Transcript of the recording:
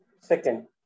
Second